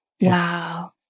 Wow